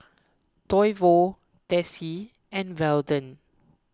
Toivo Desi and Weldon